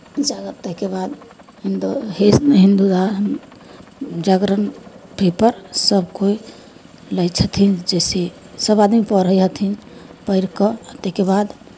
जागरण ताहिके बाद हिन्दो हिस्त हिन्दोहान जागरण पेपर सभकोइ लै छथिन जइसे सभ आदमी पढ़ै हथिन पढ़ि कऽ ताहिके बाद